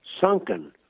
sunken